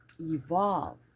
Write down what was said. evolve